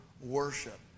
worship